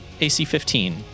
AC-15